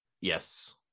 Yes